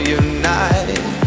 unite